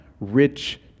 rich